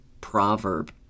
proverb